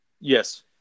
Yes